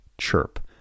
CHIRP